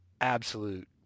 absolute